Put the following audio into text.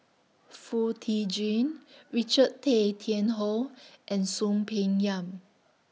Foo Tee Jun Richard Tay Tian Hoe and Soon Peng Yam